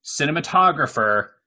cinematographer